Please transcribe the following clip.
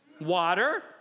Water